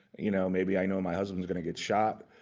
you know, maybe i know my husband is going to get shot.